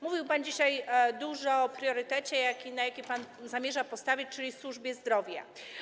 Mówił pan dzisiaj dużo o priorytecie, na jaki pan zamierza postawić, czyli o służbie zdrowia.